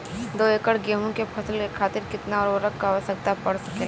दो एकड़ गेहूँ के फसल के खातीर कितना उर्वरक क आवश्यकता पड़ सकेल?